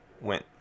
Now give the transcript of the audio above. went